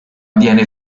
viene